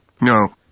No